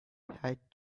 had